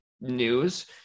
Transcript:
news